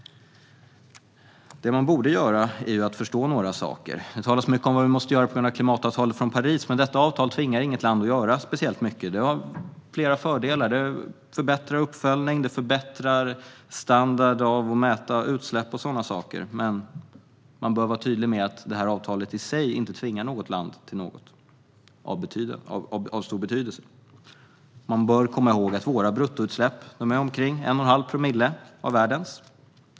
Det man borde göra är att förstå några saker. Det talas mycket om vad vi måste göra på grund av klimatavtalet från Paris, men detta avtal tvingar inget land att göra speciellt mycket. Det har flera fördelar. Det förbättrar till exempel uppföljningen, och det förbättrar standarden för att mäta utsläpp och liknande, men man bör vara tydlig med att det här avtalet i sig inte tvingar något land till något av stor betydelse. Man bör komma ihåg att våra bruttoutsläpp motsvarar omkring 1 1⁄2 promille av världens bruttoutsläpp.